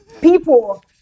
people